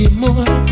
more